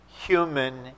human